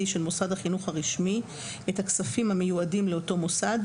של מוסד החינוך הרשמי את הכספים המיועדים לאותו מוסד,